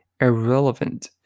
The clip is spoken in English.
irrelevant